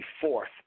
fourth